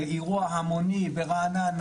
אירוע המוני ברעננה,